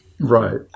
Right